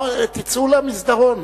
תצאו למסדרון.